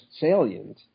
salient